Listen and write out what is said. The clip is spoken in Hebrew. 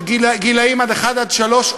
גילאי אחת שלוש,